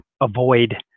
avoid